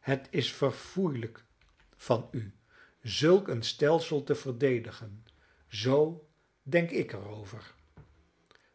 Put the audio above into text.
het is verfoeilijk van u zulk een stelsel te verdedigen zoo denk ik er over